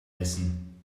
essen